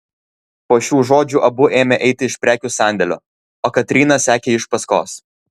po šių žodžių abu ėmė eiti iš prekių sandėlio o katryna sekė iš paskos